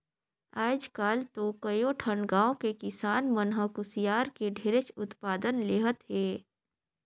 आयज काल तो कयो ठन गाँव के किसान मन ह कुसियार के ढेरेच उत्पादन लेहत हे